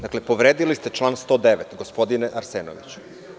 Dakle, povredili ste član 109, gospodine Arsenoviću.